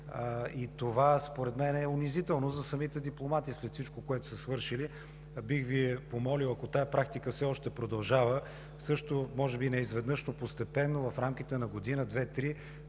Това според мен е унизително за самите дипломати след всичко, което са свършили. Бих Ви помолил, ако тази практика все още продължава, може би не изведнъж, но постепенно в рамките на година, две, три